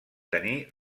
tenir